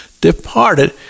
departed